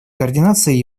координация